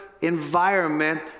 environment